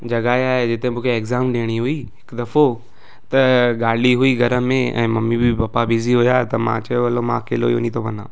जॻहि आहे जिते मूंखे एग्ज़ाम ॾियणी हुई हिकु दफ़ो त गाॾी हुई घर में ऐं ममी बि पपा बिज़ी हुआ त मां चयो हलो मां अकेलो ई वञी थो वञा